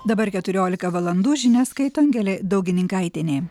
dabar keturiolika valandų žinias skaito angelė daugininkaitienė